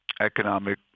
economic